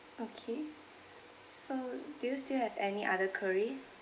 okay uh do you still have any other queries